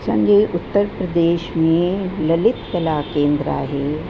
असांजे उत्तर प्रदेश में ललित कला केंद्र आहे